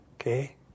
Okay